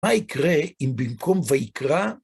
מה יקרה אם במקום ויקרא